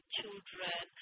children